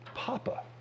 Papa